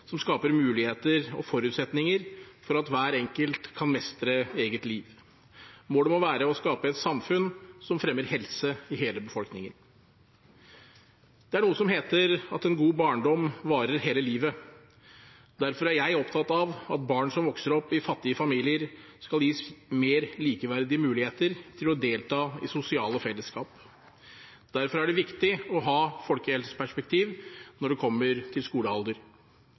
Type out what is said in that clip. som skaper muligheter og forutsetninger for at hver enkelt kan mestre sitt eget liv. Målet må være å skape et samfunn som fremmer helse i hele befolkningen. Det er noe som heter at en god barndom varer hele livet. Derfor er jeg opptatt av at barn som vokser opp i fattige familier, skal gis mer likeverdige muligheter til å delta i sosiale fellesskap. Derfor er det viktig å ha folkehelseperspektiv når det kommer til skolealder.